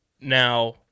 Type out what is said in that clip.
now